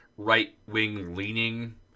right-wing-leaning